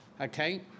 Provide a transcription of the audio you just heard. Okay